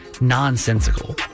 nonsensical